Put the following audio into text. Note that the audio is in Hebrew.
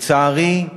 לצערי,